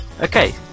okay